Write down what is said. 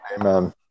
Amen